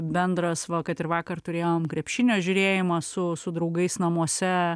bendras va kad ir vakar turėjom krepšinio žiūrėjimas su su draugais namuose